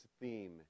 theme